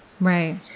right